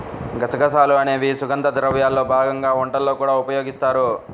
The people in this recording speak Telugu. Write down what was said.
గసగసాలు అనేవి సుగంధ ద్రవ్యాల్లో భాగంగా వంటల్లో కూడా ఉపయోగిస్తారు